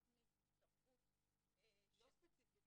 יש תוכנית התערבות --- לא ספציפית,